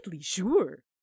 sure